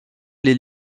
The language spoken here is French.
les